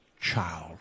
child